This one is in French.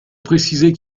préciser